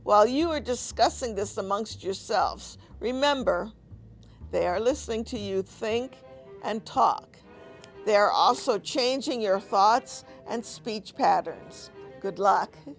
while you are discussing this amongst yourselves remember they're listening to you think and talk they're also changing your thoughts and speech patterns good luck